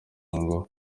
ngo